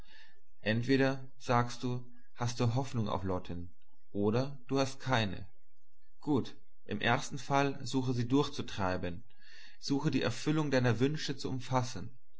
entweder sagst du hast du hoffnung auf lotten oder du hast keine gut im ersten fall suche sie durchzutreiben suche die erfüllung deiner wünsche zu umfassen